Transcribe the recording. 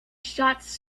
shots